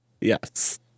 Yes